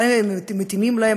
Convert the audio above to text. האם הם מתאימים להם?